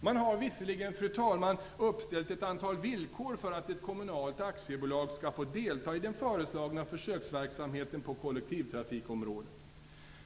Man har visserligen uppställt ett antal villkor för att ett kommunalt aktiebolag skall få delta i den föreslagna försöksverksamheten på kollektivtrafikområdet.